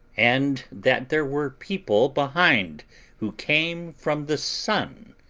and that there were people behind who came from the sun,